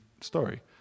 story